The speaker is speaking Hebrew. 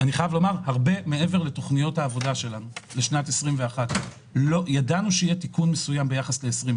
הרבה מעבר לתוכניות העבודה שלנו לשנת 2021. ידענו שיהיה תיקון מסוים ביחס ל-2020,